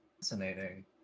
fascinating